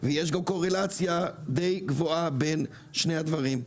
ויש גם קורלציה די גבוהה בין שני הדברים.